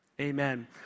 Amen